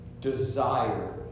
desire